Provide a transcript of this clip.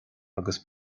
agus